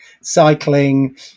cycling